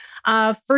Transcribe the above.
First